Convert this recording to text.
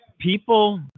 people